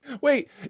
Wait